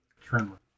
tremor